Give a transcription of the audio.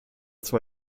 zwar